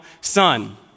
son